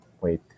wait